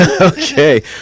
okay